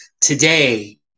Today